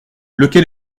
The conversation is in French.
lequel